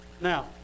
now